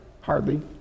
Hardly